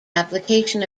application